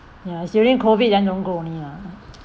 ya it's during COVID then don't go only lah